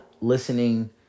listening